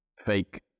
fake